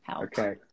Okay